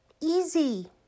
easy